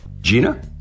Gina